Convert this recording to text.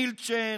מילצ'ן,